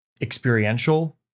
experiential